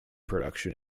production